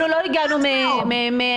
אנחנו לא הגענו מהשמיים.